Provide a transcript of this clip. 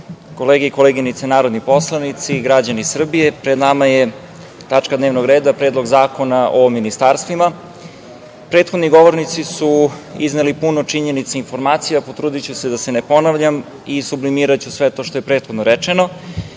kolege i koleginice narodni poslanici, građani Srbije, pred nama je tačka dnevnog reda Predlog zakona o ministarstvima. Prethodni govornici su izneli puno činjenica, informacija, potrudiću se da se ne ponavljam, i sublimiraću sve to što je prethodno rečeno. Inače,